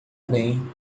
bem